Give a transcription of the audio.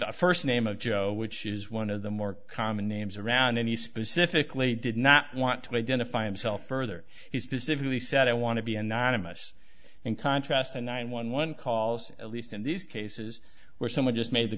the first name of joe which is one of the more common names around and he specifically did not want to identify himself further he specifically said i want to be anonymous and contrast the nine one one calls at least in these cases where someone just made the